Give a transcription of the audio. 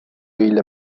ile